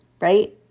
Right